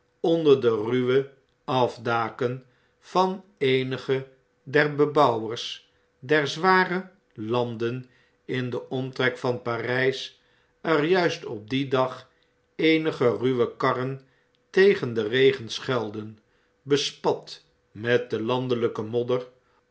onder de ruwe afdaken van eenige der bebouwers der zware landen in den omtrek van parp er juist op dien dag eenige ruwe karren tegen den regen schuilden bespat met de landelpe modder